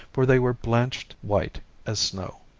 for they were blanched white as snow.